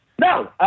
No